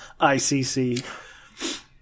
ICC